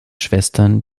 schwestern